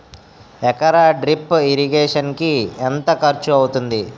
ఎకర drip irrigation కి ఎంత ఖర్చు అవుతుంది?